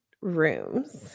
rooms